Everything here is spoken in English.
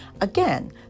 Again